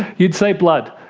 you'd say blood.